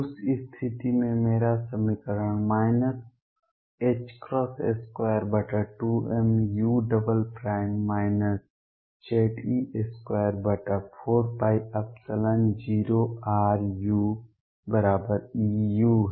उस स्थिति में मेरा समीकरण 22mu Ze24π0ruEu है